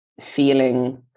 feeling